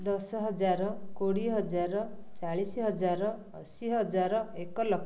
ଦଶ ହଜାର କୋଡ଼ିଏ ହଜାର ଚାଳିଶି ହଜାର ଅଶୀ ହଜାର ଏକ ଲକ୍ଷ